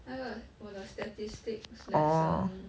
那个我的 statistics lesson